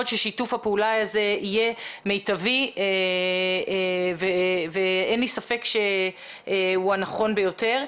ששיתוף הפעולה הזה יהיה מיטבי ואין לי ספק שהוא הנכון ביותר.